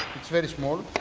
it's very small.